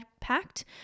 packed